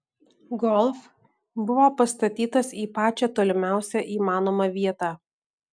golf buvo pastatytas į pačią tolimiausią įmanomą vietą